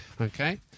Okay